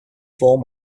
four